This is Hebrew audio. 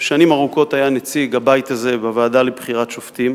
שנים ארוכות היה נציג הבית הזה בוועדה לבחירת שופטים.